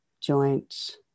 joints